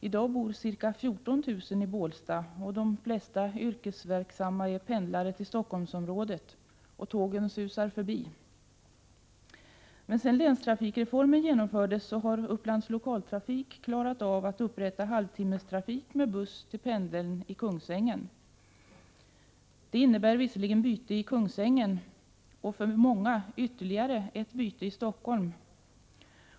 I dag, då det bor ca 14 000 personer i Bålsta — de flesta av de yrkesverksamma pendlar till Stockholmsområdet — susar tågen förbi. Sedan länstrafikreformen genomfördes har emellertid Upplands Lokaltrafik klarat att upprätta halvtimmestrafik med buss till pendeltågsstationen i Kungsängen. Det innebär visserligen byte i Kungsängen och för många ytterligare ett byte i Stockholm.